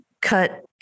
cut